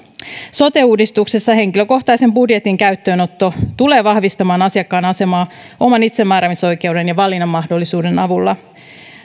sote uudistuksessa henkilökohtaisen budjetin käyttöönotto tulee vahvistamaan asiakkaan asemaa oman itsemääräämisoikeuden ja valinnan mahdollisuuden avulla